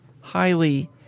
highly